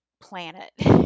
planet